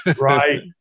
Right